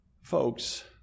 Folks